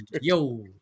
Yo